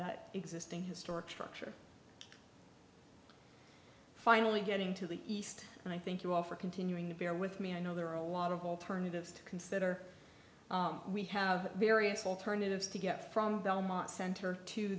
the existing historic structure finally getting to the east and i thank you all for continuing to bear with me i know there are a lot of alternatives to consider we have various alternatives to get from belmont center to